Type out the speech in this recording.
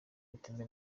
butemewe